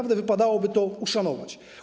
Wypadałoby to uszanować.